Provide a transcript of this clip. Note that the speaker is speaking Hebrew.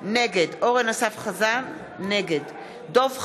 נגד דב חנין,